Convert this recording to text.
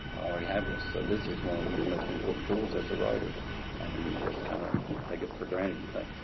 already have this. so, this is one of your most important tools as a writer and then you just kind of take it for granted. you think,